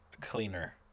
cleaner